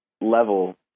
level